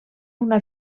una